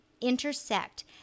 intersect